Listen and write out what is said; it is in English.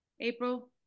April